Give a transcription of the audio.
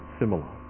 similar